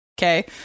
okay